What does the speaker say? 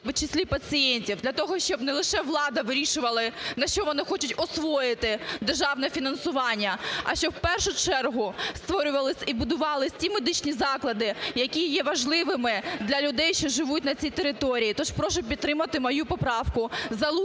числі пацієнтів для того, щоб не лише влада вирішувала, на що вони хочуть освоїти державне фінансування, а, щоб, в першу чергу, створювались і будувались ті медичні заклади, які є важливими для людей, що живуть на цій території. Тож прошу підтримати мою поправку залучення